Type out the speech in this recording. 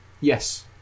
yes